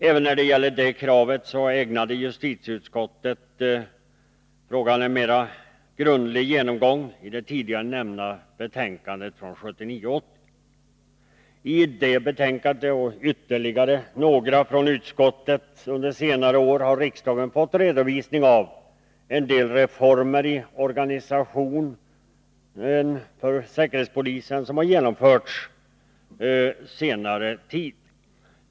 Även när det gäller det kravet ägnade justitieutskottet frågan en mera grundlig genomgång i det tidigare nämnda betänkandet från 1979/80. I det betänkandet och i ytterligare några betänkanden från utskottet under senare år har riksdagen fått redovisning av en del reformer i organisationen som har genomförts vid säkerhetspolisen under senare tid.